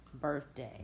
birthday